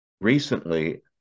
recently